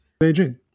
Beijing